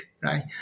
right